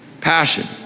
Passion